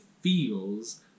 feels